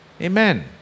Amen